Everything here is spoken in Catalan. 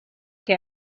què